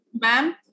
ma'am